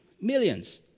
Millions